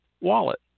wallet